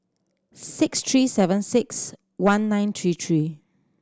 six three seven six one nine three three